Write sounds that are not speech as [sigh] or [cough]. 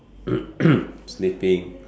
[coughs] sniffing